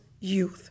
Youth